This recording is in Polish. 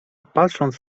patrząc